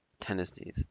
tendencies